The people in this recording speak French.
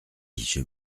j’ai